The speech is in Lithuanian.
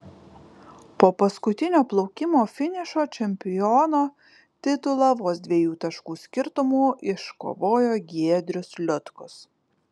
po paskutinio plaukimo finišo čempiono titulą vos dviejų taškų skirtumu iškovojo giedrius liutkus